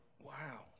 Wow